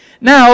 Now